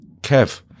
Kev